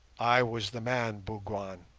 i was the man, bougwan.